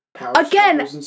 again